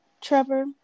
Trevor